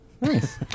Nice